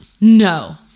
no